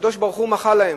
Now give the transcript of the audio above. הקדוש-ברוך-הוא מחל להם.